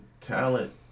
talent